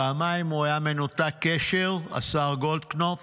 פעמיים הוא היה מנותק קשר, השר גולדקנופ.